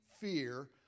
fear